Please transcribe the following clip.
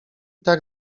tak